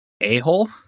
a-hole